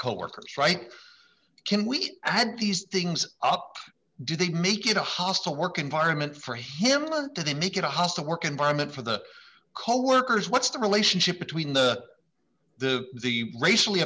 hole workers strike can we add these things up do they make it a hostile work environment for him not to they make it a hostile work environment for the coworkers what's the relationship between the the the racially